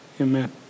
Amen